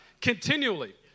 continually